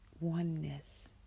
oneness